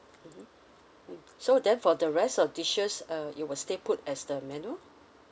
mmhmm mm so then for the rest of dishes uh you will stay put as the menu